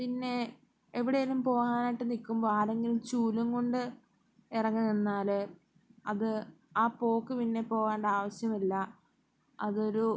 പിന്നെ എവിടേലും പോകാനായിട്ട് നിൽക്കുമ്പോൾ ആരെങ്കിലും ചൂലും കൊണ്ട് ഇറങ്ങി നിന്നാൽ അത് ആ പോക്ക് പിന്നെ പോകേണ്ട ആവശ്യമില്ല അതൊരു